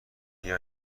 بیا